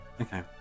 okay